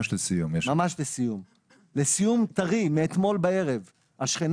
לאכול או כשהוא מבקש מוצץ בעזרת לוח של